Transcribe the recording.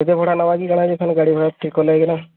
କେତେ ଭଡ଼ା ନେବାକି କାଣା ଯେ ଫେନ୍ ଗାଡ଼ି ଗୁଡ଼ା ଠିକ୍ କଲେ ଯାଇକିନା